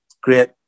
great